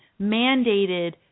mandated